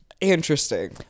interesting